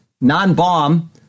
non-bomb